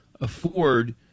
afford